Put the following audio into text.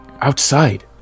outside